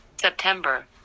September